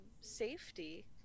safety